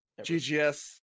GGS